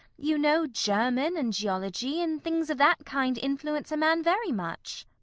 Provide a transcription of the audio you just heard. you know german, and geology, and things of that kind influence a man very much.